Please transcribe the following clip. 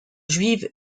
juive